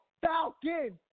Falcon